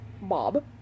Bob